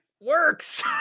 works